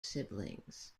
siblings